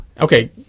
Okay